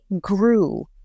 grew